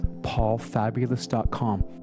paulfabulous.com